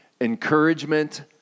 encouragement